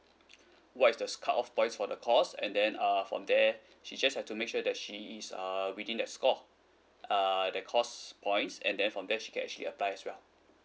what is the cut off points for the course and then uh from there she just have to make sure that she is uh within that score uh that cost points and then from there she can actually apply as well